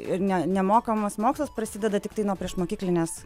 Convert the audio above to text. ir ne nemokamas mokslas prasideda tiktai nuo priešmokyklinės